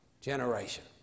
generation